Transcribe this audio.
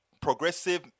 progressive